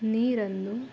ನೀರನ್ನು